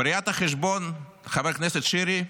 בראיית חשבון, חבר הכנסת שירי,